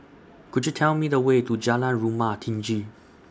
Could YOU Tell Me The Way to Jalan Rumah Tinggi